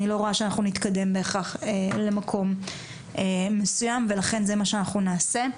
אני לא רואה שאנחנו נתקדם בהכרח למקום מסוים ולכן זה מה שאנחנו נעשה.